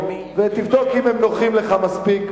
ותבדוק אם הם נוחים לך מספיק.